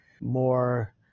more